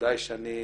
בוודאי שאני,